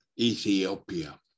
Ethiopia